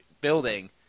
building